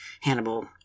Hannibal